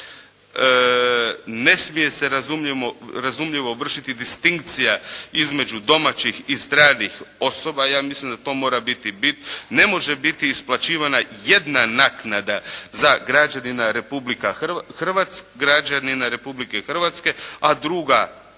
Ne smije se razumljivo vršiti distinkcija između domaćih i stranih osoba. Ja mislim da to mora biti bit. Ne može biti isplaćivana jedna naknada za građanina Republike Hrvatske, a druga